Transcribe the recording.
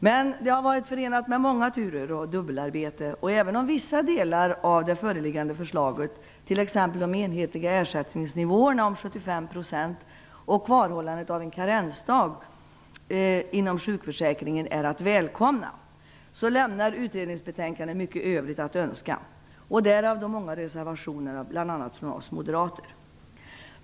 Men det har varit förenat med många turer och dubbelarbete, och även om vissa delar av det föreliggande förslaget, t.ex. de enhetliga ersättningsnivåerna om 75 % och kvarhållandet av en karensdag inom sjukförsäkringen, är att välkomna lämnar utredningsbetänkandet mycket övrigt att önska. Därav följer de många reservationerna, bl.a. från oss moderater.